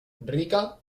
rika